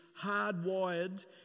hardwired